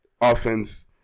offense